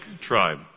tribe